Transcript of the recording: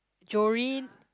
Joline